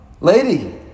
lady